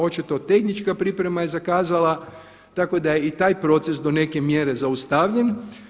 Očito tehnička priprema je zakazala, tako da je i taj proces do neke mjere zaustavljen.